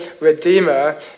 redeemer